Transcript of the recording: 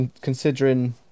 considering